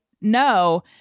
no